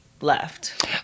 left